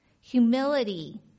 humility